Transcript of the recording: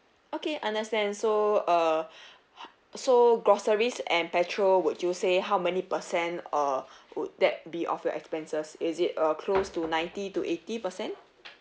okay understand so uh so groceries and petrol would you say how many percent uh would that be of your expenses is it uh close to ninety to eighty percent